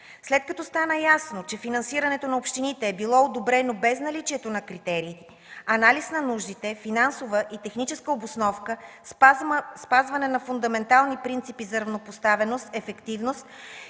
След като стана ясно, че финансирането на общините е било одобрено без наличието на критерии, анализ на нуждите, финансова и техническа обосновка, спазване на фундаментални принципи за равнопоставеност, ефективност